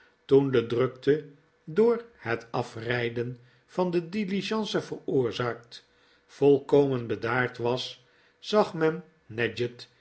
toen de drukte door het afrijden van de diligence veroorzaakt volkomen bedaard was zag men